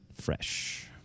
Fresh